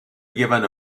given